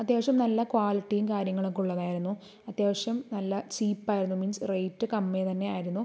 അത്യാവശ്യം നല്ല ക്വാളിറ്റിയും കാര്യങ്ങളൊക്കെ ഉള്ളതായിരുന്നു അത്യാവശ്യം നല്ല ചീപ്പ് ആയിരുന്നു മീൻസ് റേറ്റ് കമ്മി തന്നെയായിരുന്നു